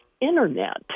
Internet